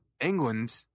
England